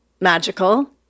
magical